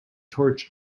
torch